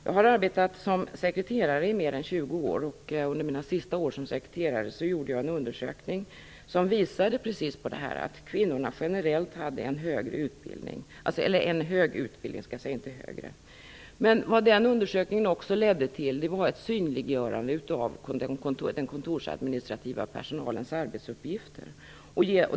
Jag har arbetat som sekreterare i mer än 20 år, och under mina sista år som sekreterare gjorde jag en undersökning som visade just att kvinnorna generellt hade en hög utbildning. Den undersökningen ledde också till ett synliggörande av den kontorsadministrativa personalens arbetsuppgifter.